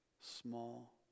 small